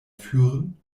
führen